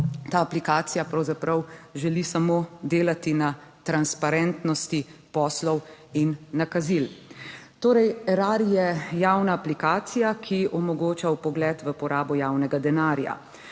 ta aplikacija pravzaprav želi samo delati na transparentnosti poslov in nakazil. Torej Erar je javna aplikacija, ki omogoča vpogled v porabo javnega denarja.